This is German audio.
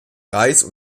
reis